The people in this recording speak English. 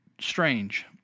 Strange